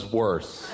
worse